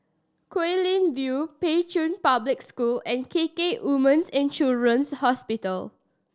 Guilin View Pei Chun Public School and K K Women's And Children's Hospital